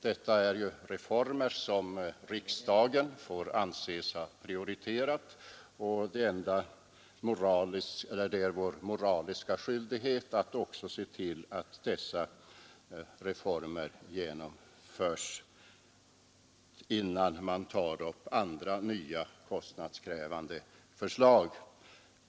Detta är ju reformer som riksdagen får anses ha prioriterat, och det är vår moraliska skyldighet att också se till att dessa reformer genomförs innan man tar upp andra nya, kostnadskrävande förslag.